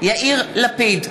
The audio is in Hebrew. יאיר לפיד,